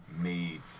made